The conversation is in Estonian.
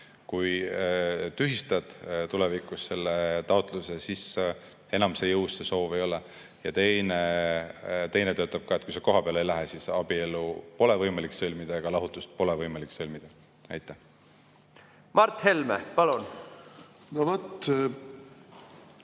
Kui tühistad tulevikus selle taotluse, siis enam see soov jõus ei ole. Teine töötab ka: kui sa kohapeale ei lähe, siis abielu pole võimalik sõlmida ega lahutust pole võimalik sõlmida. Mart Helme, palun! Mart